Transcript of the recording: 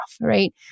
Right